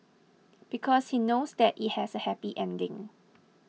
because he knows that it has a happy ending